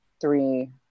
three